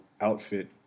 outfit